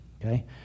okay